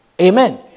Amen